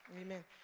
Amen